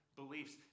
beliefs